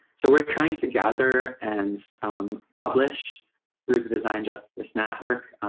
so we're trying to gather and publish through the design justice network,